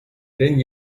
ten